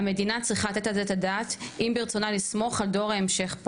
והמדינה צריכה לתת על זה את הדעת אם היא רוצה את דור ההמשך.